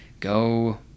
go